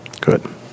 Good